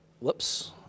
Whoops